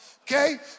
okay